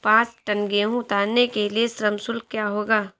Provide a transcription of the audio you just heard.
पचास टन गेहूँ उतारने के लिए श्रम शुल्क क्या होगा?